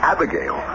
Abigail